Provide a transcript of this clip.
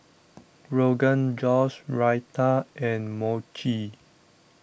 Rogan Josh Raita and Mochi